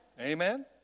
Amen